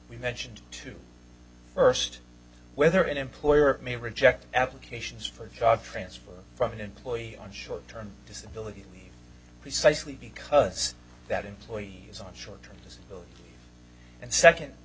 we mentioned to first whether an employer may reject applications for a job transfer from an employee on short term disability precisely because that employee's on short term disability and